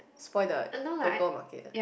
spoil the local market